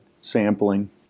sampling